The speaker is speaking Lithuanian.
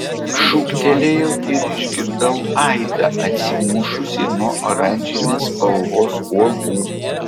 šūktelėjau ir išgirdau aidą atsimušusį nuo oranžinės spalvos uolų